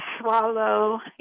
swallow